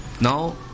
Now